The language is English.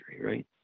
right